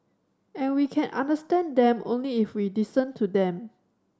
and we can understand them only if we listen to them